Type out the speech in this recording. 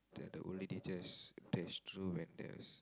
the old lady just dash throw when there is